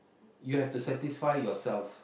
you have to satisfy yourselves